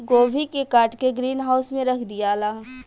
गोभी के काट के ग्रीन हाउस में रख दियाला